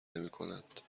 نمیکنند